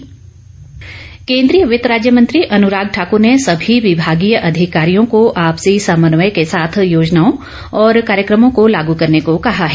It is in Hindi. अन्राग ठाकुर केन्द्रीय वित्त राज्य मंत्री अनुराग ठाकुर ने सभी विभागीय अधिकारियों को आपसी समन्वय के साथ योजनाओं और कार्यक्रमों को लागू करने को केहा है